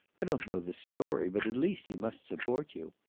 i don't know the story, but at least he must support you.